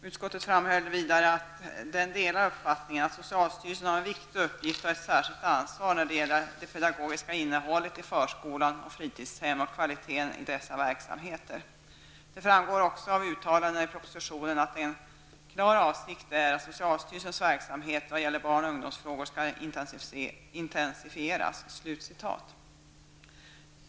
Utskottet framhöll vidare att den ''delar uppfattningen att socialstyrelsen har en viktig uppgift och ett särskilt ansvar när det gäller det pedagogiska innehållet i förskola och fritidshem och kvaliteten i dessa verksamheter. Det framgår också av uttalandena i propositionen att en klar avsikt är att socialstyrelsens verksamhet vad gäller barn och ungdomsfrågorna skall intensifieras.''